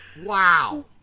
Wow